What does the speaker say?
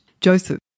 Joseph